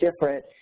different